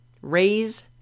raise